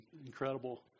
incredible